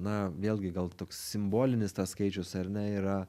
na vėlgi gal toks simbolinis tas skaičius ar ne yra